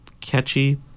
catchy